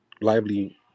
Lively